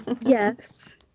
Yes